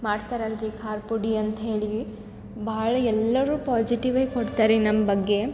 ಮಾಡ್ತಾರಲ್ಲರೀ ಖಾರದ ಪುಡಿ ಅಂತ ಹೇಳಿ ಭಾಳ ಎಲ್ಲರೂ ಪಾಸಿಟಿವೇ ಕೊಡ್ತಾರ್ರೀ ನಮ್ಮ ಬಗ್ಗೆ